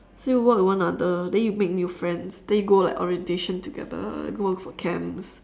need to work with one another then you make new friends then you go like orientation together go out for camps